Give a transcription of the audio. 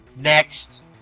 Next